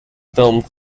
filmed